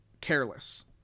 careless